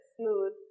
smooth